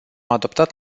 adoptat